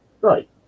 Right